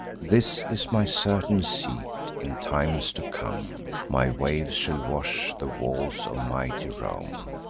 this is my certain seat. in times to come, my waves shall wash the walls of mighty rome.